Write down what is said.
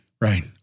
Right